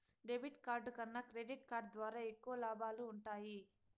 debit card కన్నా credit card ద్వారా ఎక్కువ లాబాలు వుంటయ్యి